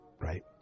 right